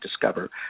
discover